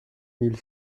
mille